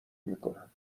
میکنم